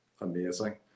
amazing